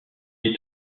est